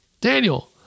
Daniel